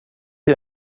ihr